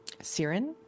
siren